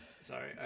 Sorry